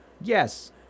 Yes